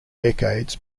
decades